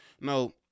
no